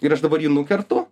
ir aš dabar jį nukertu